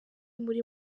muri